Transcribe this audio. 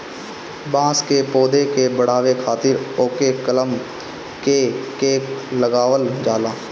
बांस के पौधा के बढ़ावे खातिर ओके कलम क के लगावल जाला